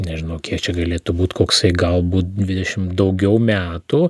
nežinau kiek čia galėtų būt koks galbūt dvidešimt daugiau metų